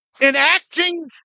enacting